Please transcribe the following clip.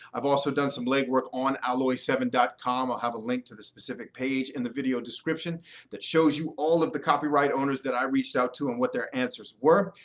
i've also done some legwork on alloyseven com. i'll have a link to the specific page in the video description that shows you all of the copyright owners that i reached out to and what their answers were.